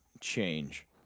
change